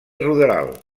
ruderal